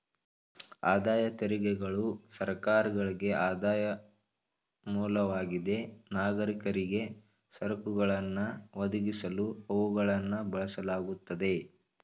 ಆದಾಯ ತೆರಿಗೆಗಳು ಸರ್ಕಾರಗಳ್ಗೆ ಆದಾಯದ ಮೂಲವಾಗಿದೆ ನಾಗರಿಕರಿಗೆ ಸರಕುಗಳನ್ನ ಒದಗಿಸಲು ಅವುಗಳನ್ನ ಬಳಸಲಾಗುತ್ತೆ